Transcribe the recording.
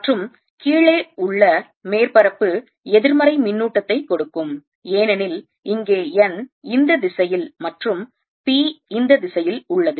மற்றும் கீழே உள்ள மேற்பரப்பு எதிர்மறை மின்னூட்டத்தை கொடுக்கும் ஏனெனில் இங்கே n இந்த திசையில் மற்றும் p இந்த திசையில் உள்ளது